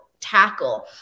tackle